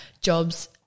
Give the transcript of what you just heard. jobs